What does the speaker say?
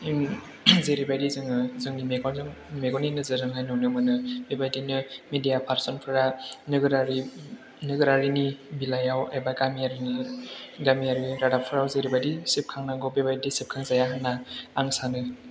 जेरैबायदि जोङो जोंनि मेगननि नोजोरजोंहाय नुनो मोनो बेबायदिनो मिडिया पारसन फोरा नोगोरारिनि बिलाइयाव एबा गामियारिनि गामियारिनि रादाबफोराव जेरैबायदि सेबखांनांगौ बेबायदि सेबखांजाया होनना आं सानो